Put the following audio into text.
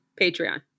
Patreon